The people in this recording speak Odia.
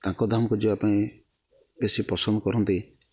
ତାଙ୍କ ଧାମକୁ ଯିବା ପାଇଁ ବେଶୀ ପସନ୍ଦ କରନ୍ତି